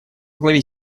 главе